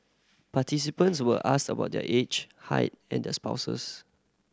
participants were asked about their age height and their spouses